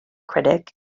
critic